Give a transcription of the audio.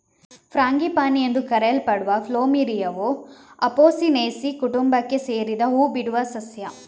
frangipani ಎಂದು ಕರೆಯಲ್ಪಡುವ ಪ್ಲುಮೆರಿಯಾವು ಅಪೊಸಿನೇಸಿ ಕುಟುಂಬಕ್ಕೆ ಸೇರಿದ ಹೂ ಬಿಡುವ ಸಸ್ಯ